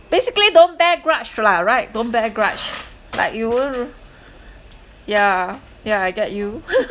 basically don't bear grudge lah right don't bear grudge like you were yeah yeah I get you